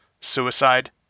suicide